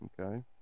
Okay